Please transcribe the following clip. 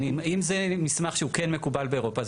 אם זה מסמך שהוא כן מקובל באירופה,